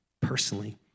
personally